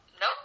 no